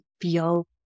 feel